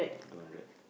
two hundred